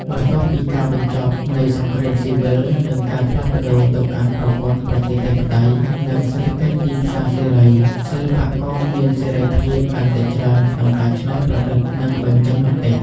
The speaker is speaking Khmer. បន្ទាប់ពីការបញ្ចប់នៃសង្គ្រាមស៊ីវិល និងការផ្លាស់ប្តូរទៅកាន់ប្រព័ន្ធប្រជាធិបតេយ្យ និងសេដ្ឋកិច្ចទីផ្សារសេរី សិល្បករមានសេរីភាពកាន់តែច្រើនក្នុងការច្នៃប្រឌិត និងបញ្ចេញមតិ។